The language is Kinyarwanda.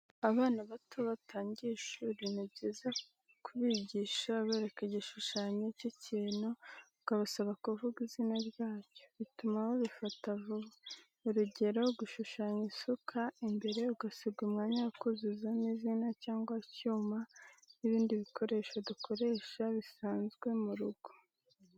Abana bato batangiye ishuri ni byiza ku bigisha ubereka igishushanyo cy'ikintu ukabasaba kuvuga izina ryacyo bituma babifata vuba. Urugero gushushanya isuka imbere ugasiga umwanya wo kuzuzamo izina cyangwa icyuma n'ibindi bikoresho dukoresha bisanzwe mu rugo.